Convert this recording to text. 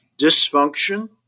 dysfunction